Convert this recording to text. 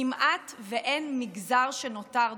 כמעט שאין מגזר שנותר דומם.